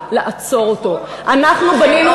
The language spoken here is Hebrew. שימשיכו את המדיניות, באנו,